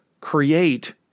create